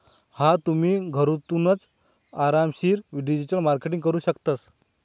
हा तुम्ही, घरथूनच आरामशीर डिजिटल मार्केटिंग करू शकतस